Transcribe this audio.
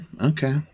Okay